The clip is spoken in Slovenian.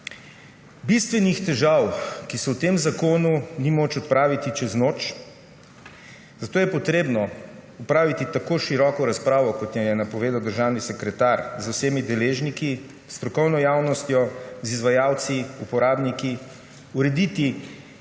Bistvenih težav, ki so v tem zakonu, ni moč odpraviti čez noč. Zato je treba opraviti tako široko razpravo, kot jo je napovedal državni sekretar, z vsemi deležniki, strokovno javnostjo, izvajalci, uporabniki, urediti